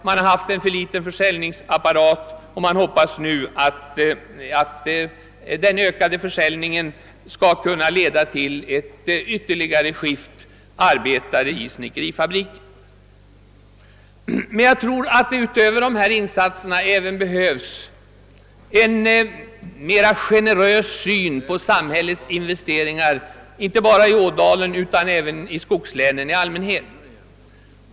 Man har dock haft en för liten försäljningsapparat och hoppas nu att den bättre försäljningsapparaten skall kunna möjliggöra eit ytterligare skift arbetare i snickerifabriken. Jag tror emellertid att det utöver des sa insatser även behövs en mera generös syn på samhällets investeringar, inte bara i Ådalen utan i skogslänen i allmänhet.